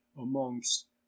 amongst